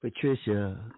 Patricia